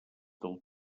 del